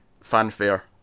fanfare